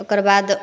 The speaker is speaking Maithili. ओकरबाद